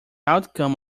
outcome